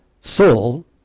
Saul